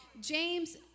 James